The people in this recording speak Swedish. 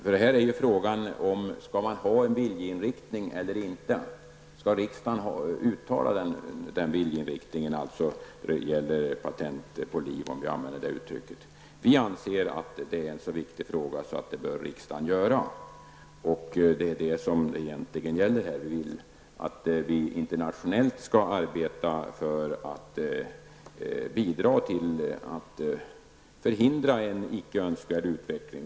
Frågan är om man skall ha en viljeinriktning eller inte. Skall riksdagen uttala den viljeinriktningen när det gäller patent på liv, för att använda detta uttryck? Vi anser att det är en så viktig fråga att riksdagen bör göra det. Det är detta som det egentligen gäller i detta sammanhang. Vi vill att Sverige internationellt skall arbeta för att bidra till att förhindra en icke önskvärd utveckling.